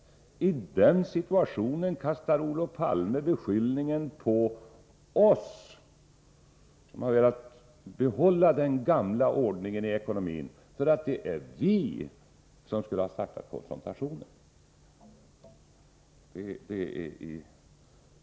I den situationen kastar Olof Palme beskyllningar mot oss, som har velat behålla den gamla ordningen i ekonomin, och säger att det är vi som har startat konfrontationen.